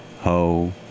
ho